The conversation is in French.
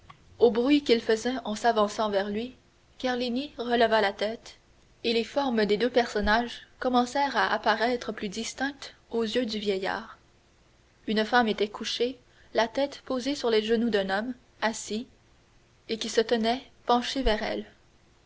au bruit qu'il faisait en s'avançant vers lui carlini releva la tête et les formes des deux personnages commencèrent à apparaître plus distinctes aux yeux du vieillard une femme était couchée à terre la tête posée sur les genoux d'un homme assis et qui se tenait penché vers elle